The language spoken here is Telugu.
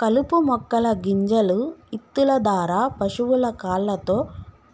కలుపు మొక్కల గింజలు ఇత్తుల దారా పశువుల కాళ్లతో